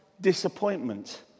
disappointment